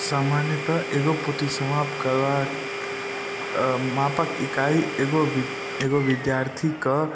सामान्यतः एगो पोथी समाप्त करबाक मापक इकाइ एगो एगो विद्यार्थीके